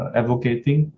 advocating